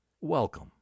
Welcome